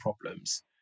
problems